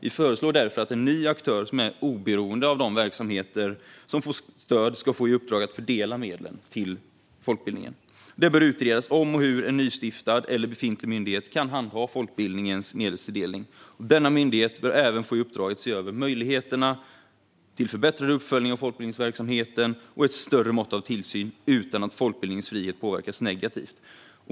Vi föreslår därför att en ny aktör som är oberoende av de verksamheter som får stöd ska få i uppdrag att fördela medlen till folkbildningen. Det bör utredas om och hur en nystiftad eller befintlig myndighet kan handha folkbildningens medelstilldelning. Denna myndighet bör även få i uppdrag att se över möjligheterna till förbättrad uppföljning av folkbildningsverksamheten och ett större mått av tillsyn utan att folkbildningens frihet påverkas negativt.